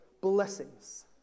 blessings